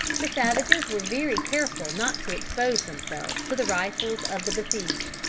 the savages were very careful not to expose themselves to the rifles of the besieged.